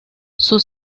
sus